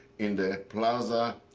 in the plaza